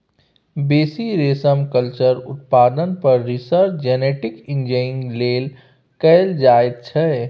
बेसी रेशमकल्चर उत्पादन पर रिसर्च जेनेटिक इंजीनियरिंग लेल कएल जाइत छै